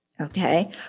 Okay